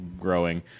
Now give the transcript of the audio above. growing